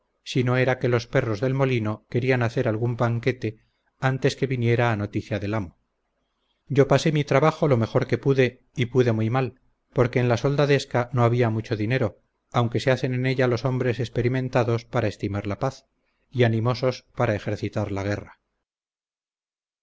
si no era que los perros del molino querían hacer algún banquete antes que viniera a noticia del amo yo pasé mi trabajo lo mejor que pude y pude muy mal porque en la soldadesca no había mucho dinero aunque se hacen en ella los hombres experimentados para estimar la paz y animosos para ejercitar la guerra